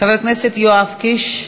חבר הכנסת יואב קיש,